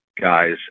guys